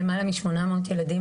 לדעתי למעלה מ-800 ילדים,